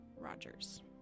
Rogers